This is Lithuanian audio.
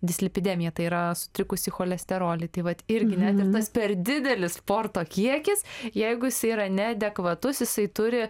dislipidemiją tai yra sutrikusį cholesterolį tai vat irgi net ir tas per didelis sporto kiekis jeigu jisai yra neadekvatus jisai turi